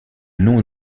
nom